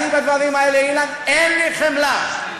אני בדברים האלה, אילן, אין לי חמלה.